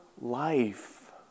life